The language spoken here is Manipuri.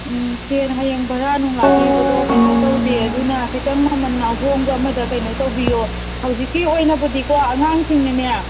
ꯎꯝ ꯁꯦꯟ ꯍꯌꯦꯡ ꯚꯥꯔꯥ ꯅꯨꯡꯂꯥ ꯄꯤꯕꯗꯣ ꯀꯩꯅꯣ ꯇꯧꯗꯦ ꯑꯗꯨꯅ ꯈꯤꯇꯪ ꯃꯃꯟ ꯑꯍꯣꯡꯕ ꯑꯃꯗ ꯀꯩꯅꯣ ꯇꯧꯕꯤꯌꯣ ꯍꯧꯖꯤꯛꯀꯤ ꯑꯣꯏꯅꯕꯨꯗꯤꯀꯣ ꯑꯉꯥꯡꯁꯤꯡꯅꯅꯦ